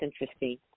interesting